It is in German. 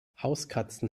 hauskatzen